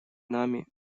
нами